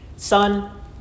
Son